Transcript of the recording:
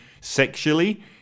sexually